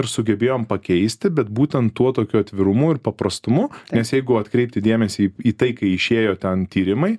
ir sugebėjom pakeisti bet būtent tuo tokiu atvirumu ir paprastumu nes jeigu atkreipti dėmesį į tai kai išėjo ten tyrimai